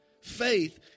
Faith